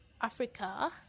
africa